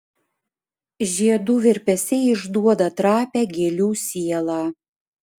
žiedų virpesiai išduoda trapią gėlių sielą